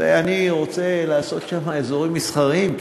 אני רוצה לעשות שם אזורים מסחריים,